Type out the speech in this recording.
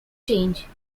change